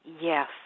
Yes